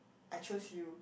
I chose you